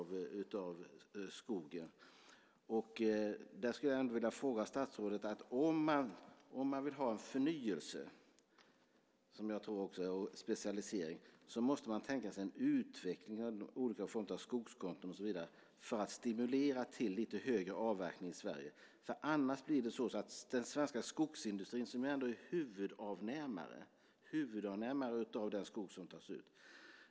I det sammanhanget skulle jag ändå vilja ställa en fråga till statsrådet. Om man vill ha en förnyelse och specialisering måste man tänka sig en utveckling av olika former av skogskonton och så vidare för att stimulera till lite högre avverkning i Sverige. Den svenska skogsindustrin är ändå huvudavnämare av den skog som tas ut.